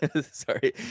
Sorry